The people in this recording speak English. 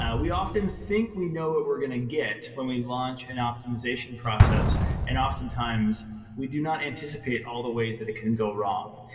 and we often think we know what we're going to get when we launch an optimization process and often times we do not anticipate all the ways that it can go wrong,